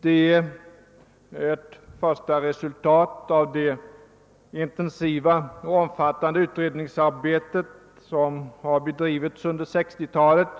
Denna delreform är ett första resultat av det intensiva och omfattande utredningsarbete som bedrivits under 1960-talet.